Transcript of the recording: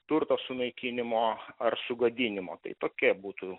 turto sunaikinimo ar sugadinimo tai tokia būtų